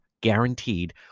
Guaranteed